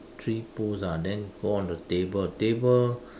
three poles ah then go on the table table